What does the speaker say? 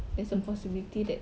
there's a possibility that